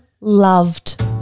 loved